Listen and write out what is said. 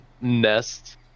Nest